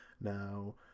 now